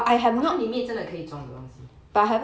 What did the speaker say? but 它里面真的可以装很多东西